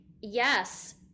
yes